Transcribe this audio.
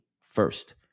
first